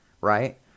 right